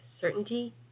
certainty